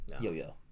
yo-yo